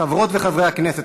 חברות וחברי הכנסת,